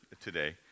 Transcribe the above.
today